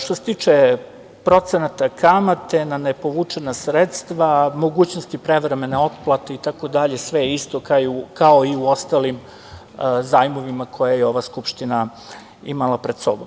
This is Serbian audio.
Što se tiče procenata kamate na ne povučena sredstva, mogućnosti prevremene otplate itd. sve je isto kao i u ostalim zajmovima koje je ova Skupština imala pred sobom.